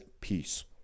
peace